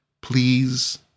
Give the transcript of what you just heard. Please